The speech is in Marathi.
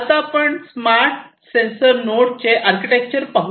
आता आपण स्मार्ट सेंसर नोडचे आर्किटेक्चर पाहूया